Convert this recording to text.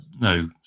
no